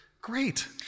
Great